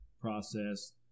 process